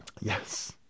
Yes